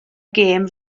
gêm